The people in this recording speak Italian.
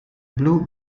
blu